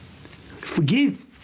forgive